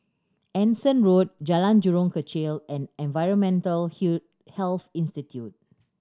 Anson Road Jalan Jurong Kechil and Environmental Health Institute